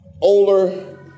older